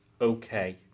okay